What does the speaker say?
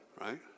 Right